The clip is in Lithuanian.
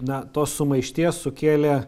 na tos sumaišties sukėlė